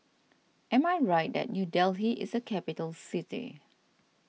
am I right that New Delhi is a capital city